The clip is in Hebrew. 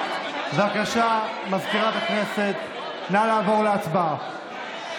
בבקשה, מזכירת הכנסת, נא לעבור להצבעה.